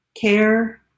care